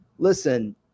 listen